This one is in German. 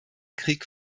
krieg